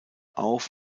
auf